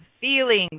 feelings